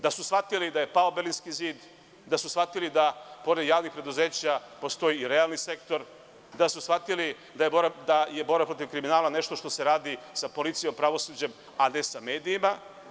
Da su shvatili da je pao Berlinski zid, da su shvatili da pored javnih preduzeća postoji i realni sektor, da su shvatili da je borba protiv kriminala nešto što se radi sa policijom, pravosuđem, a ne sa medijima.